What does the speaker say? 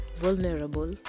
vulnerable